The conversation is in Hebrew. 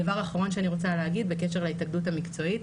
דבר אחרון שאני רוצה להגיד בקשר להתאגדות המקצועית,